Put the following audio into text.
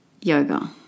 yoga